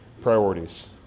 priorities